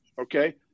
okay